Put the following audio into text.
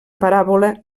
paràbola